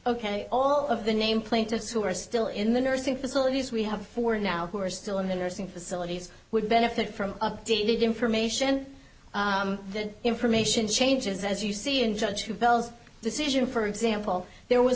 ok all of the name plaintiffs who are still in the nursing facilities we have for now who are still in the nursing facilities would benefit from updated information that information changes as you see in the two bills decision for example there was